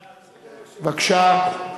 בבקשה.